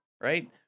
right